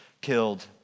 killed